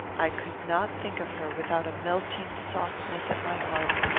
i could not think of her without a melting softness at my heart,